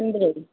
सानब्रै